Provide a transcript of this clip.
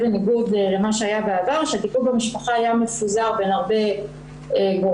בניגוד למה שהיה בעבר שהטיפול במשפחה היה מפוזר בין הרבה גורמים.